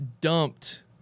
dumped